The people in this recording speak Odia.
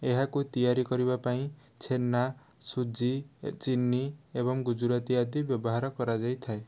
ଏହାକୁ ତିଆରି କରିବା ପାଇଁ ଛେନା ସୁଜି ଚିନି ଏବଂ ଗୁଜୁରାତି ଆଦି ବ୍ୟବହାର କରାଯାଇଥାଏ